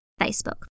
Facebook